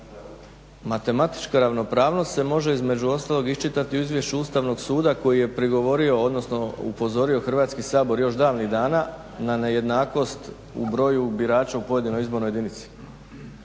matematička ravnopravnost se može između ostalog iščitati u izvješću Ustavnog suda koji je prigovorio, odnosno upozorio Hrvatski sabor još davnih dana na nejednakost u broju birača u pojedinoj izbornoj jedinici.